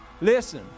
listen